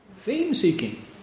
Fame-seeking